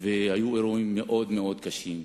והיו אירועים מאוד קשים.